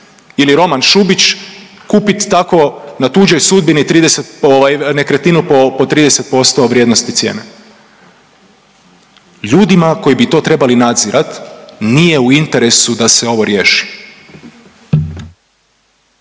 ili Roman Šubić kupit tako na tuđoj sudbini 30 ovaj nekretninu po 30% vrijednosti cijene? Ljudima koji bi to trebali nadzirati nije u interesu da se ovo riješi.